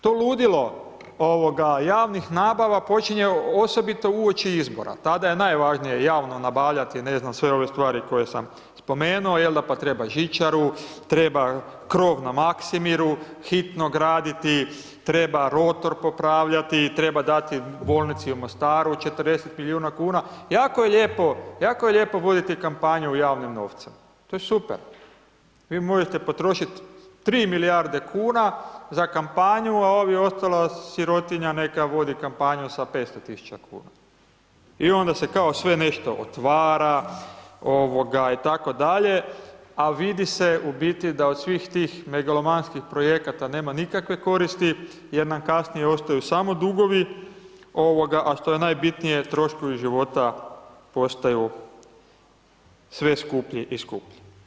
To ludilo javnih nabava počinje osobito uoči izbora, tada je najvažnije javno nabavljati, ne znam, sve ove stvari koje sam spomenuo jel da, pa treba žičaru, treba krov na Maksimiru hitno graditi, treba rotor popravljati, treba dati bolnici u Mostaru 40 milijuna kuna, jako je lijepo voditi kampanju javnim novcem, to je super, vi možete potrošit 3 milijarde kuna za kampanju, a ovi ostala sirotinja neka vodi kampanju sa 500.000,00 kn i onda se kao sve nešto otvara itd., a vidi se u biti da od svih tih megalomanskih projekata nema nikakve koristi jer nam kasnije ostaju samo dugovi, a što je najbitnije troškovi života postaju sve skuplji i skuplji.